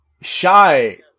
Shy